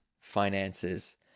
finances